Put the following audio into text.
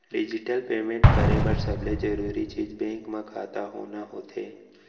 digital payment करे बर सबले जरूरी चीज बेंक म खाता होना होथे